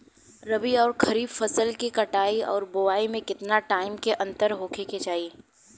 रबी आउर खरीफ फसल के कटाई और बोआई मे केतना टाइम के अंतर होखे के चाही?